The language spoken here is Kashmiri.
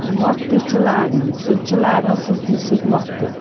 مۄختہٕ چھِ لاگَان سُہ تہِ چھِ لاگان سٕژنہِ سۭتۍ مۄختہٕ